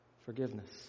forgiveness